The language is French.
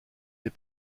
les